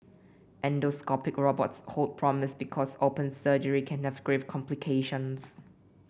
endoscopic robots hold promise because open surgery can have grave complications